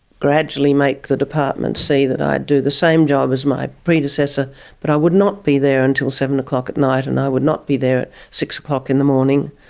gradually make the department see that i do the same job as my predecessor but i would not be there until seven o'clock at night and i would not be there at six o'clock in the morning.